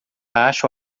acho